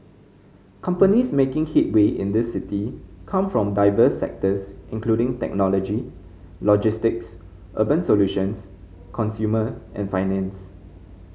companies making headway in this city come from diverse sectors including technology logistics urban solutions consumer and finance